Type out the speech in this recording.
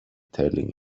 telling